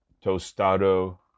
Tostado